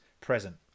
present